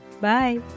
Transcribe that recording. Bye